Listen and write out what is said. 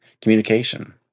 communication